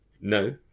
No